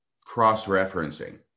cross-referencing